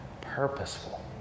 purposeful